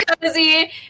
cozy